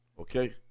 okay